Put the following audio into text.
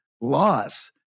loss